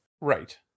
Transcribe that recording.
Right